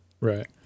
Right